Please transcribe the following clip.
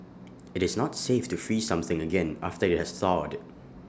IT is not safe to freeze something again after IT has thawed